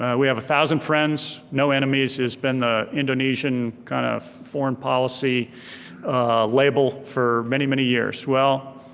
ah we have a thousand friends, no enemies, has been the indonesian kind of foreign policy label for many, many years. well